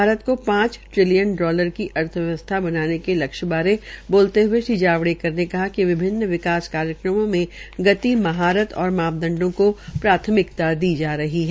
भारत को पांच trillion dollar की अर्थव्यवस्था बलाने के लक्ष्य बारे बोलते हये श्री जावड़ेकर ने कहा कि विभिन्न विकास कार्यक्रमों में गति महारत और मापदंड को प्राथमिकता दी जा रही है